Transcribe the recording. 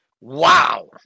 Wow